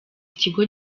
ikigo